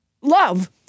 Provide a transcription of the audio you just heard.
love